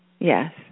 Yes